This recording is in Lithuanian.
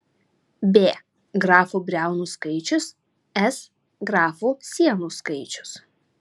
b grafų briaunų skaičius s grafų sienų skaičius